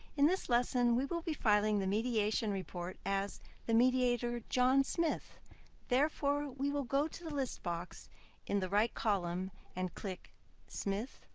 in this lesson, we will be filing the mediation report as the mediator john smith therefore, we will go to list box in the right column and click smith,